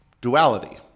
duality